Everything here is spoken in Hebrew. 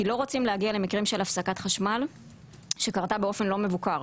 כי לא רוצים להגיע למקרים של הפסקת חשמל שקרתה באופן לא מבוקר,